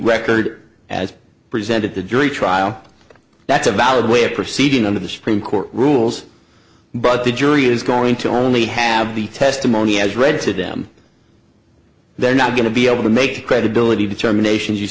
record as presented the jury trial that's a valid way of proceeding under the supreme court rules but the jury is going to only have the testimony as read to them they're not going to be able to make credibility determinations you